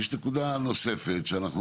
יש נקודה נוספת שאנחנו,